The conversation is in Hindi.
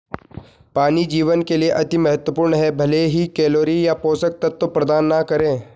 पानी जीवन के लिए अति महत्वपूर्ण है भले ही कैलोरी या पोषक तत्व प्रदान न करे